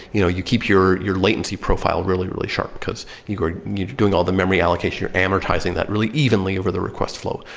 you know you keep your your latency profile really, really sharp, because you're doing all the memory allocation, you're amortizing that really evenly over the request flow.